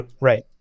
Right